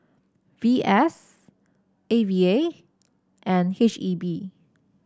V S A V A and H E B